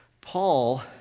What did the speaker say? Paul